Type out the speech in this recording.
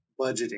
budgeting